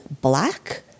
black